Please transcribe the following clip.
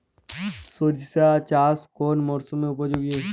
সরিষা চাষ কোন মরশুমে উপযোগী?